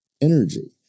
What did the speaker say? energy